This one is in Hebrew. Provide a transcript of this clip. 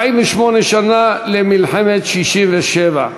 48 שנה למלחמת 67',